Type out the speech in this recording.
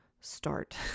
start